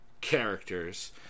characters